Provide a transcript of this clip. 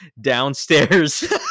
downstairs